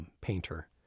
painter